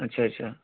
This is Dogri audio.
अच्छा अच्छा